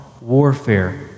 warfare